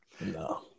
no